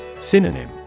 Synonym